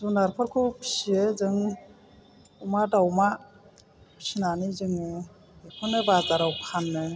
जुनारफोरखौ फिसियो जों अमा दावमा सिनानै जोङो बेखौनो बाजाराव फानो